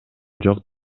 жок